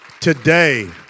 today